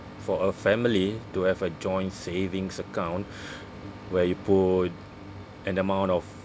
for a family to have a joint savings account where you put an amount of